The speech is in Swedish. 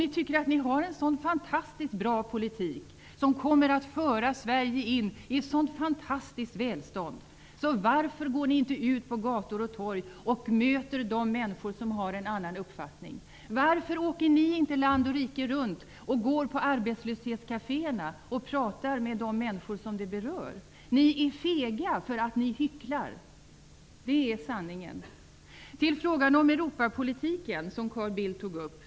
Ni tycker att ni har en så fantastiskt bra politik som kommer att föra Sverige in i ett så fanstastiskt välstånd. Varför går ni då inte ut på gator och torg och möter de människor som har en annan uppfattning? Varför åker ni inte land och rike kring och går på arbetslöshetskaféerna och talar med de människor som det berör? Ni är fega, eftersom ni hycklar. Det är sanningen. Så till frågan om Europapolitiken, som Carl Bildt berörde.